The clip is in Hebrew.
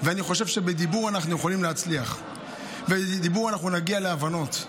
ואני חושב שבדיבור אנחנו יכולים להצליח ובדיבור אנחנו נגיע להבנות.